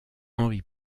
henri